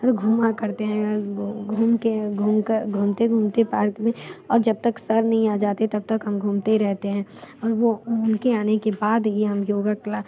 घूमा करते हैं घूमते के घूम कर घूमते घूमते पार्क में और जब तक सर नहीं आ जाते तब तक हम घूमते ही रहते हैं और वो उनके आने के बाद ही हम योग क्लास